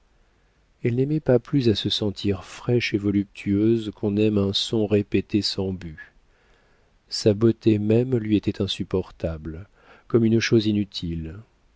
elle n'aimait pas plus à se sentir fraîche et voluptueuse qu'on n'aime un son répété sans but sa beauté même lui était insupportable comme une chose inutile